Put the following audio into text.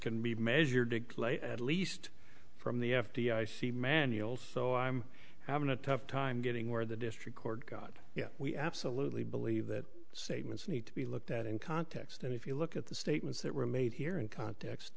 can be measured at least from the f d i c manual so i'm having a tough time getting where the district court god yeah we absolutely believe that statements need to be looked at in context and if you look at the statements that were made here and context